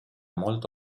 molto